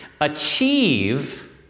achieve